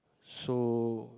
so